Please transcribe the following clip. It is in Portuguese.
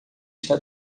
está